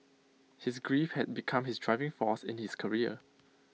his grief had become his driving force in his career